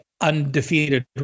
undefeated